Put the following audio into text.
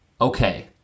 okay